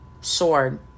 sword